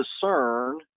discern